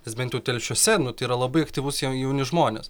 tas bent jau telšiuose nu tai yra labai aktyvūs jauni žmonės